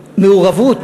מעורבות,